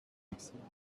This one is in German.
exil